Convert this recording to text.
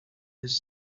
has